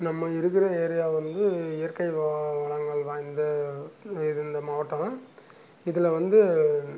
நம்ம இருக்கிற ஏரியா வந்து இயற்கை வ வளங்கள் வாய்ந்த இது இந்த மாவட்டம் இதில் வந்து